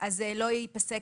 לא ייפסק